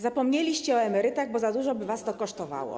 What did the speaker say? Zapomnieliście o emerytach, bo za dużo by was to kosztowało.